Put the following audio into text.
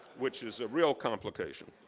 which is a real complication.